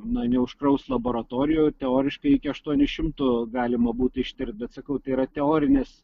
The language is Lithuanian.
na neužkraus laboratorijų teoriškai iki aštuonių šimtų galima būtų ištirt bet sakau tai yra teorinis